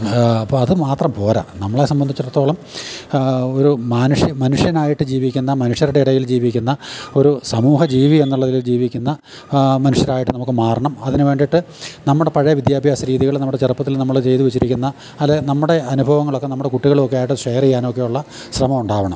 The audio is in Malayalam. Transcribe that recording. അപ്പം അത് മാത്രം പോരാ നമ്മളെ സംബന്ധിച്ചിടത്തോളം ഒരു മാനുഷ്യ മനുഷ്യനായിട്ട് ജീവിക്കുന്ന മനുഷ്യരുടെ ഇടയിൽ ജീവിക്കുന്ന ഒരു സമൂഹജീവി എന്നുള്ളതിൽ ജീവിക്കുന്ന മനുഷ്യരായിട്ട് നമുക്ക് മാറണം അതിന് വേണ്ടിയിട്ട് നമ്മുടെ പഴയ വിദ്യാഭ്യാസ രീതികൾ നമ്മുടെ ചെറുപ്പത്തിൽ നമ്മൾ ചെയ്തു വെച്ചിരിക്കുന്ന അല്ലെ നമ്മുടെ അനുഭവങ്ങളൊക്കെ നമ്മുടെ കുട്ടികളൊക്കെ ആയിട്ട് ഷെയറ് ചെയ്യാനൊക്കെയുള്ള ശ്രമം ഉണ്ടാവണം